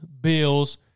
Bills